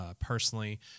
personally